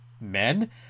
men